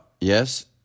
Yes